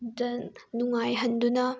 ꯗ ꯅꯨꯡꯉꯥꯏꯍꯟꯗꯨꯅ